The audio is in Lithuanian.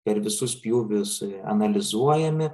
per visus pjūvius analizuojami